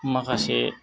माखासे